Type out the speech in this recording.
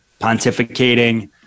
pontificating